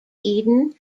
eden